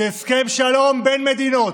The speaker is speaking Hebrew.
זה הסכם שלום בין מדינות.